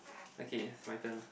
okay my turn